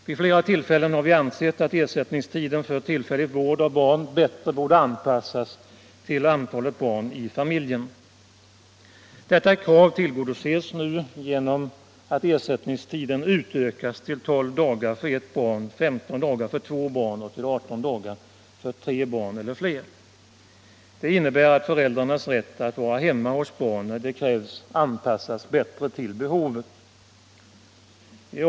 Vid flera tillfällen har vi ansett att ersättningstiden för tillfällig vård av barn bättre borde anpassas till antalet barn i familjen. Detta krav tillgodoses nu genom att ersättningstiden utökas till 12 dagar för ett barn, till 15 dagar för två barn och till 18 dagar för tre barn eller flera. Det innebär att föräldrarnas rätt att vara hemma hos barnen när så krävs anpassas bättre till behovet.